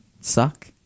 suck